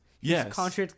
Yes